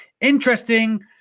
Interesting